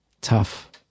tough